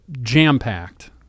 jam-packed